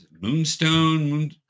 Moonstone